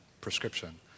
prescription